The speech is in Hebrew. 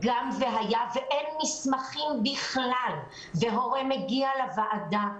גם אם אין מסמכים אבל הוועדה רואה,